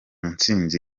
ntsinzi